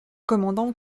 commandant